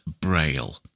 Braille